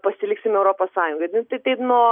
pasiliksime europos sąjungoj nu tai taip nuo